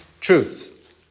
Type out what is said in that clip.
truth